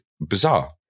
bizarre